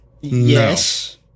Yes